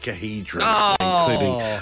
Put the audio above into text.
including